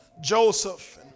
Joseph